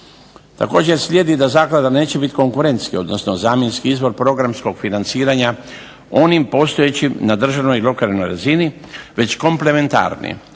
Također, slijedi da zaklada neće biti konkurentski, odnosno zamjenski izvor programskog financiranja onim postojećim na državnoj i lokalnoj razini već komplementarni,